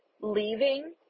leaving